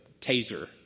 taser